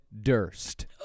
Durst